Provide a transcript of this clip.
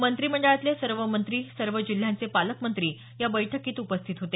मंत्रिमंडळातले सर्व मंत्री सर्व जिल्ह्यांचे पालकमंत्री या बैठकीत उपस्थित होते